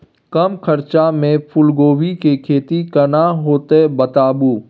कम खर्चा में फूलकोबी के खेती केना होते बताबू?